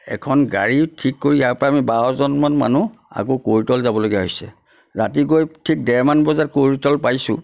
এখন গাড়ীও ঠিক কৰি ইয়াৰপৰা আমি বাৰজনমান মানুহ আকৌ কৱৈতল যাবলগীয়া হৈছে ৰাতি গৈ ঠিক ডেৰমান বজাত কৈৰিতল পাইছোঁ